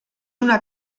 una